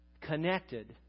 connected